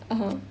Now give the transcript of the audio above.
(uh huh)